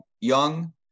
young